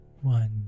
one